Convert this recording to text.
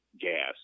gas